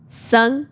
ਸੰਘ